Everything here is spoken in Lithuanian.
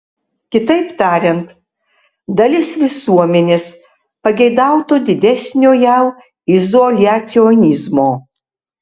kitaip tariant dalis visuomenės pageidautų didesnio jav izoliacionizmo